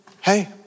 Hey